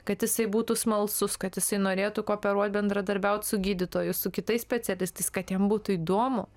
kad jisai būtų smalsus kad jisai norėtų kooperuot bendradarbiaut su gydytoju su kitais specialistais kad jam būtų įdomu